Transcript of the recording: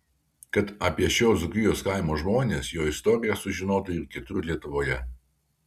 kad apie šio dzūkijos kaimo žmones jo istoriją sužinotų ir kitur lietuvoje